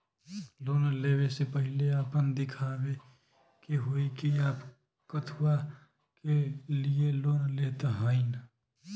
Loan ले वे से पहिले आपन दिखावे के होई कि आप कथुआ के लिए लोन लेत हईन?